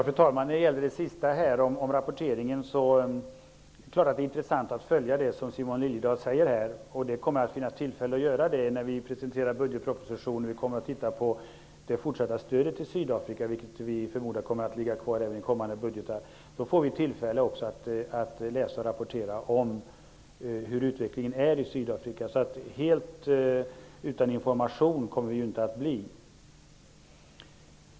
Fru talman! Det är klart att det är intressant att följa det som Simon Liliedahl talar om med anledning av rapporteringen. Det kommer att finnas tillfälle att göra det när vi presenterar budgetpropositioner. Vi kommer att titta på det fortsatta stödet till Sydafrika, vilket vi förmodar kommer att ligga kvar även i kommande budgetar. Då får vi tillfälle att också rapportera om utvecklingen i Sydafrika. Helt utan information kommer vi inte att bli.